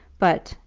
but,